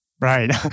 Right